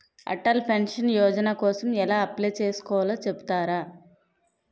Atal pension Yojana కోసం ఎలా apply చేసుకోవాలో చెపుతారా?